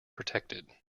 protected